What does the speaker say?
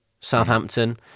Southampton